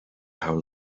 how